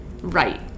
right